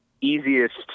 easiest